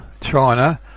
China